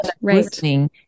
listening